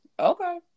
Okay